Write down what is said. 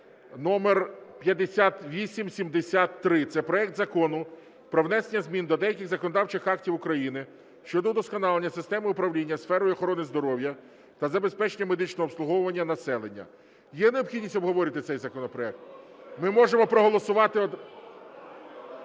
номер 5873, це проект Закону про внесення змін до деяких законодавчих актів України щодо удосконалення системи управління сферою охорони здоров’я та забезпечення медичного обслуговування населення. Є необхідність обговорювати цей законопроект? Ми можемо проголосувати. Я можу